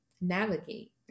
navigate